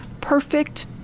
perfect